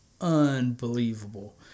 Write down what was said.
unbelievable